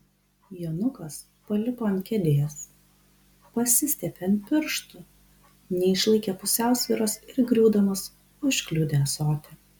jonukas palipo ant kėdės pasistiepė ant pirštų neišlaikė pusiausvyros ir griūdamas užkliudė ąsotį